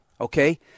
okay